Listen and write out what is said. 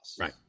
Right